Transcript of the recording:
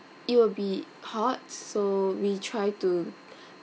it will be hot so we try to